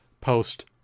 post